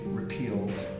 repealed